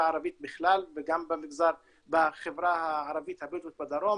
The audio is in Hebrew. הערבית בכלל וגם בחברה הערבית הבדואית בדרום.